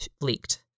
leaked